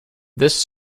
this